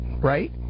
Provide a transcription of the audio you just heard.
right